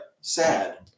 sad